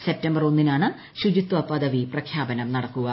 September ഒന്നിനാണ് ശുചിത്വപദവി പ്രഖ്യാപനം നടക്കുക